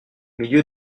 milieu